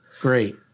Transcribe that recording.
Great